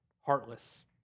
heartless